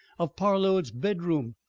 of parload's bedroom,